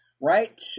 Right